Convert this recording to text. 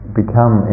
become